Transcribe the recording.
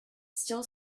still